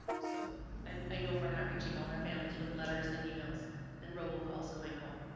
so and i know we're not reaching all our families with letters and emails and robocalls going home.